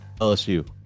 LSU